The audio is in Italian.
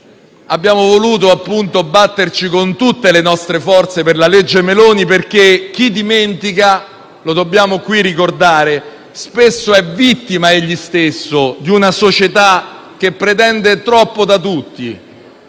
abbiamo voluto appunto batterci con tutte le nostre forze per la legge Meloni, perché chi dimentica - lo dobbiamo qui ricordare - spesso è vittima egli stesso di una società che pretende troppo da tutti.